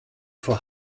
vor